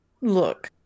Look